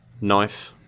knife